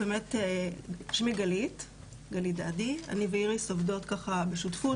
אני ואיריס עובדות בשותפות,